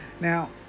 Now